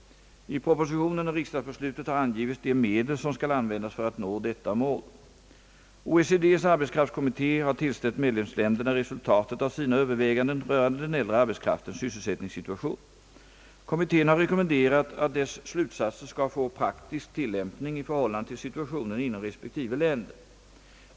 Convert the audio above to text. I propositionen och riksdagsbeslutet har angivits de medel som skall användas för att nå detta mål. OECD:s = arbetskraftskommitté har tillställt medlemsländerna resultatet av sina överväganden rörande den äldre arbetskraftens sysselsättningssituation. Kommittén har rekommenderat att dess slutsatser skall få praktisk tillämpning i förhållande till situationen inom respektive länder.